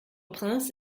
prince